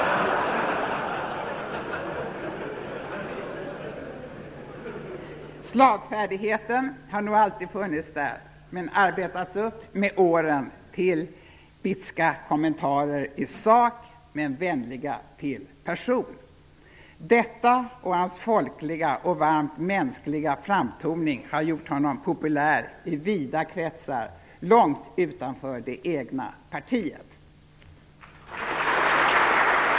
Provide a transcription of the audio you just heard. Slagfärdigheten har nog alltid funnits där men arbetats upp med åren till bitska kommentarer i sak men vänliga till person. Detta och hans folkliga och varmt mänskliga framtoning har gjort honom populär i vida kretsar, långt utanför det egna partiet.